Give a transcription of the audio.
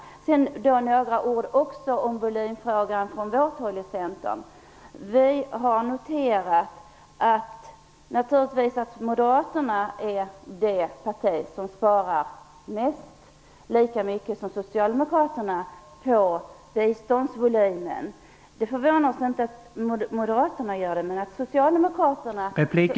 Så några ord om Centerns syn i volymfrågan. Vi har noterat att Moderaterna naturligtvis är det parti sidan av Socialdemokraterna som vill spara mest på biståndsvolym. Att Moderaterna vill spara på biståndsvolymen förvånar inte.